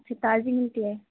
اچھا تازی ملتی ہے